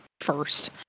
first